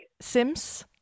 Sims